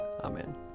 Amen